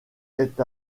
est